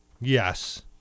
yes